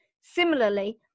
Similarly